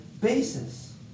basis